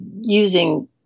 using